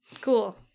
cool